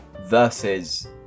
versus